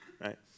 right